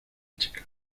checa